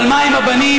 אבל מה עם הבנים?